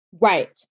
Right